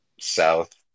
south